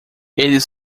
eles